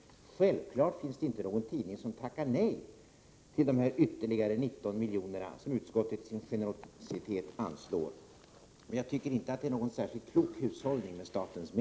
Självfallet tackar ingen tidning nej till de ytterligare 19 miljoner som utskottet i sin generositet anslår, men det är inte någon särskilt klok hushållning med statens medel.